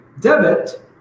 debit